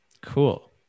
Cool